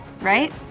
right